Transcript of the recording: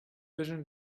vision